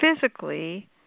physically